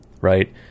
Right